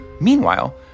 Meanwhile